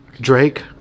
Drake